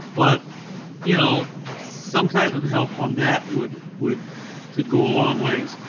but you know some type of help on that would would could go along ways,